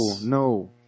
No